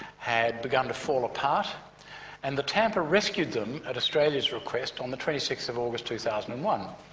had begun to fall apart and the tampa rescued them, at australia's request, on the twenty sixth of august two thousand and one.